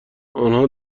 آنها